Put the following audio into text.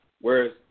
whereas